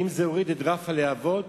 האם זה הוריד את רף הלהבות?